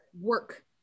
work